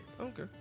Okay